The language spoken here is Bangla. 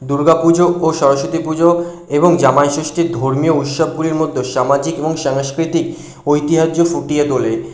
দুর্গা পুজো ও সরস্বতী পুজো এবং জামাই ষষ্ঠীর ধর্মীয় উৎসবগুলির মধ্যেও সামাজিক এবং সাংস্কৃতিক ঐতিহ্য ফুটিয়ে তোলে